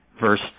verse